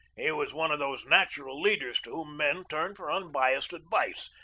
he was one of those natural leaders to whom men turn for unbiassed ad vice.